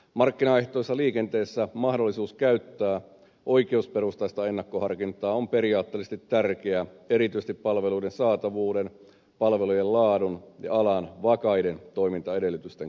markkinaehtoisessa liikenteessä mahdollisuus käyttää oikeusperusteista ennakkoharkintaa on periaatteellisesti tärkeä erityisesti palveluiden saatavuuden palvelujen laadun ja alan vakaiden toimintaedellytysten kannalta